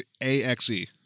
A-X-E